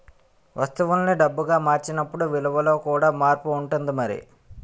వస్తువుల్ని డబ్బుగా మార్చినప్పుడు విలువలో కూడా మార్పు ఉంటుంది మరి